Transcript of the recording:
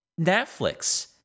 netflix